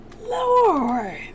Lord